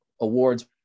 awards